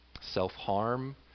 self-harm